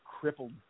crippled